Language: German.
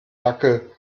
dackel